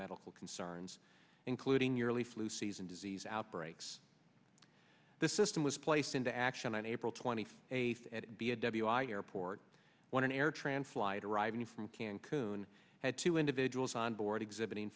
medical concerns including yearly flu season disease outbreaks the system was placed into action on april twenty eighth a b a w i e airport one an air tran flight arriving from cannes coon had two individuals on board exhibiting